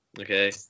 Okay